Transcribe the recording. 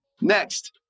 Next